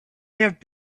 have